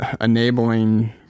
enabling